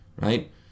right